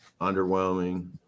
underwhelming